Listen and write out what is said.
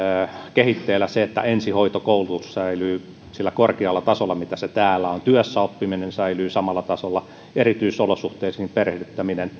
kehitteillä se että ensihoitokoulutus säilyy sillä korkealla tasolla millä se täällä on työssäoppiminen säilyy samalla tasolla erityisolosuhteisiin perehdyttäminen